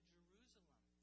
Jerusalem